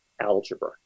algebra